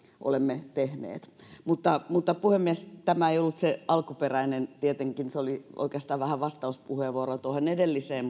olemme tehneet mutta mutta puhemies tämä ei ollut se alkuperäinen asia tietenkin tämä oli oikeastaan vähän vastauspuheenvuoro tuohon edelliseen